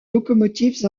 locomotives